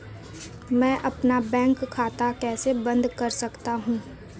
मैं अपना बैंक खाता कैसे बंद कर सकता हूँ?